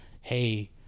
hey